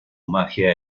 magia